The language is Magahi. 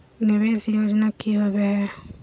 निवेस योजना की होवे है?